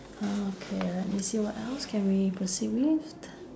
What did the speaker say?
uh okay let me see what else can we proceed with